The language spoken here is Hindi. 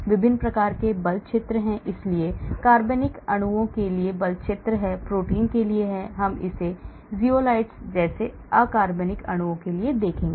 विभिन्न प्रकार के बल क्षेत्र हैं इसलिए कार्बनिक अणुओं के लिए बल क्षेत्र हैं प्रोटीन के लिए हम इसे जिओलाइट्स जैसे अकार्बनिक अणुओं के लिए देखेंगे